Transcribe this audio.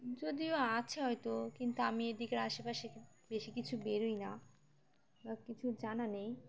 যদিও আছে হয়তো কিন্তু আমি এদিকের আশেপাশে বেশি কিছু বেরোই না বা কিছু জানা নেই